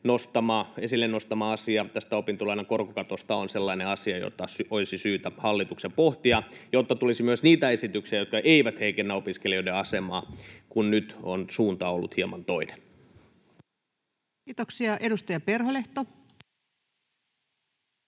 esille nostama asia opintolainan korkokatosta on sellainen asia, jota olisi syytä hallituksen pohtia, jotta tulisi myös niitä esityksiä, jotka eivät heikennä opiskelijoiden asemaa, kun nyt on suunta ollut hieman toinen. [Speech 13] Speaker: